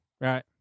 right